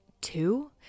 two